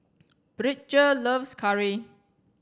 Bridger loves curry